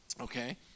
Okay